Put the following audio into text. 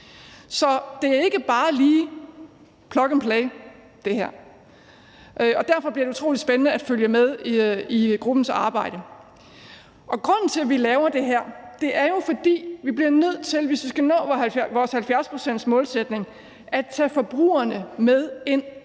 Så det her er ikke bare lige plug and play. Derfor bliver det utrolig spændende at følge med i gruppens arbejde. Grunden til, at vi laver det her, er jo, at vi bliver nødt til, hvis vi skal nå vores 70-procentsmålsætning, at tage forbrugerne med ind